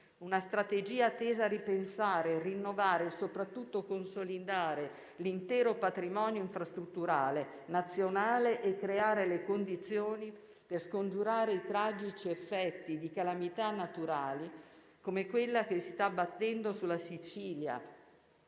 Una strategia tesa a ripensare, rinnovare e soprattutto consolidare l'intero patrimonio infrastrutturale nazionale e creare le condizioni per scongiurare i tragici effetti di calamità naturali, come quella che si sta abbattendo sulla Sicilia